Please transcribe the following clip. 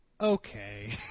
okay